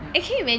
ya